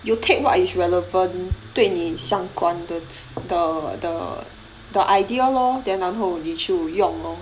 you take what is relevant 对你相关的的的的 idea lor then 然后你就用 lor